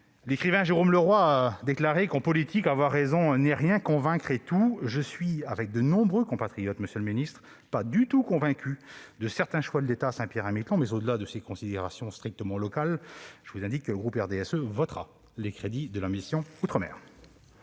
L'écrivain Jérôme Leroy a déclaré :« En politique avoir raison n'est rien, convaincre est tout. » Comme de nombreux compatriotes, je ne suis pas du tout convaincu de certains choix de l'État à Saint-Pierre-et-Miquelon, monsieur le ministre. Au-delà de ces considérations strictement locales, je vous indique que le groupe RDSE votera les crédits de la mission « Outre-mer